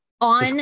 on